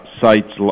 sites